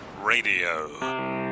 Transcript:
Radio